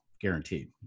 guaranteed